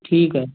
ठीक आहे